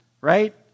right